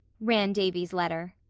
ran davy's letter,